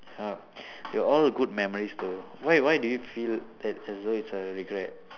uh there were all good memories though why why do you feel that as though it's a regret